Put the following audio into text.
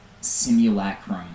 simulacrum